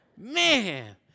Man